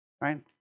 Right